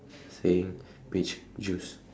saying peach juice